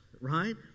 right